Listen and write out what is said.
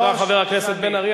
תודה, חבר הכנסת בן-ארי.